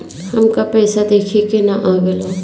हमका पइसा देखे ना आवेला?